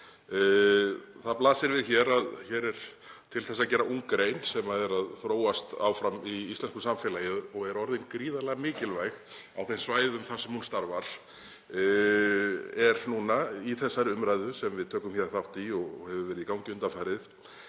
Það blasir við að hér er til þess að gera ung grein sem er að þróast áfram í íslensku samfélagi og er orðin gríðarlega mikilvæg á þeim svæðum þar sem hún starfar og er núna, í þessari umræðu sem við tökum hér þátt í og hefur verið í gangi undanfarið,